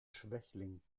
schwächling